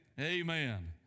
Amen